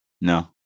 No